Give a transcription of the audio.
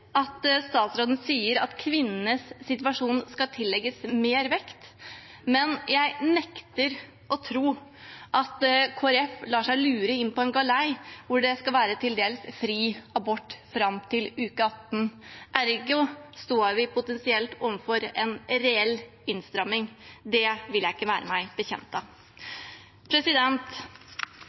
hører statsråden sier at kvinnenes situasjon skal tillegges mer vekt, men jeg nekter å tro at Kristelig Folkeparti lar seg lure inn på en galei hvor det skal være til dels fri abort fram til uke 18 – ergo står vi potensielt overfor en reell innstramming. Det vil jeg ikke være